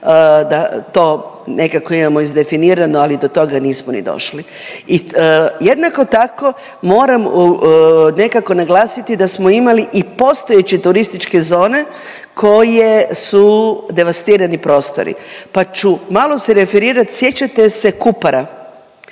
da to nekako imamo izdefinirano, ali do toga nismo ni došli. I jednako tako, moram nekako naglasiti da smo imali i postojeće turističke zone koje su devastirani prostori, pa ću malo se referirati, sjećate se Kupara?